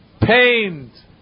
pained